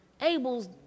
Abel's